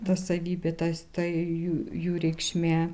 ta savybė tas tai jų jų reikšmė